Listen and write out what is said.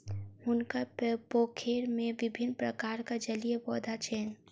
हुनकर पोखैर में विभिन्न प्रकारक जलीय पौधा छैन